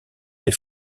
des